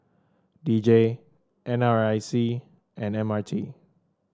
D J N R I C and M R T